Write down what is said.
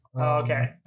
Okay